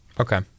Okay